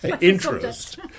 interest